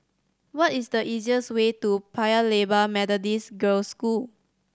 what is the easiest way to Paya Lebar Methodist Girls' School